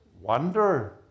wonder